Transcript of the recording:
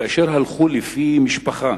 כאשר הלכו לפי משפחה.